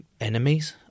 enemies